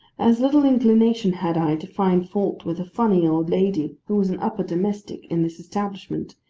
as little inclination had i to find fault with a funny old lady who was an upper domestic in this establishment,